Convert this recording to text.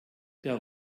der